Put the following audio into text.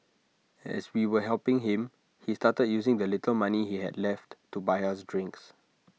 as we were helping him he started using the little money he had left to buy us drinks